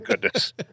goodness